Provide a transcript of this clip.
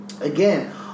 again